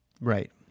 Right